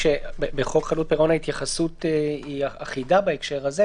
כשבחוק חדלות פירעון ההתייחסות היא אחידה בהקשר הזה.